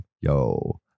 Yo